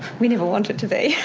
we never want it to be.